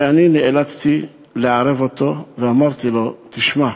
שאני נאלצתי לערב אותו ואמרתי לו: תשמע,